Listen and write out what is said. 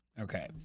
Okay